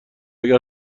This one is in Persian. اگر